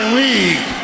league